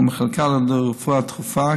המחלקות לרפואה דחופה,